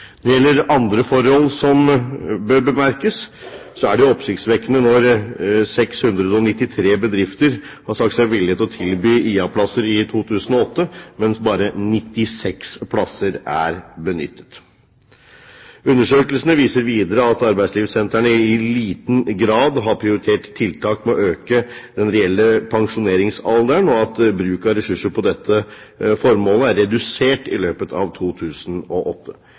Når det gjelder andre forhold som bør bemerkes, er det jo oppsiktsvekkende at 693 bedrifter har sagt seg villig til å tilby IA-plasser i 2008, mens bare 96 plasser er benyttet. Undersøkelsene viser videre at arbeidslivssentrene i liten grad har prioritert tiltak for å øke den reelle pensjonsalderen, og at bruk av ressurser til dette formålet er redusert i løpet av 2008.